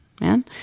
man